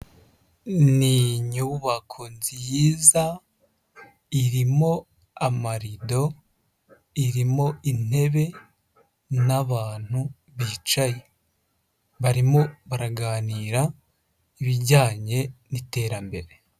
Ni inyubako nziza, irimo amarido, irimo intebe n'abantu bicaye. Barimo baraganira, ibijyanye n'iterambere.